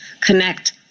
connect